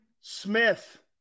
Smith